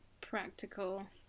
practical